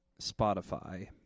Spotify